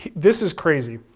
this is crazy.